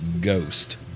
Ghost